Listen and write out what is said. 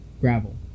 gravel